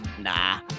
nah